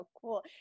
cool